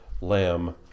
lamb